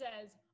says